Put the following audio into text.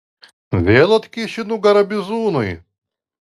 vėl atkišti nugarą bizūnui